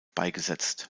beigesetzt